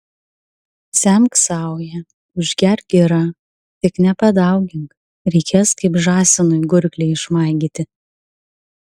semk sauja užgerk gira tik nepadaugink reikės kaip žąsinui gurklį išmaigyti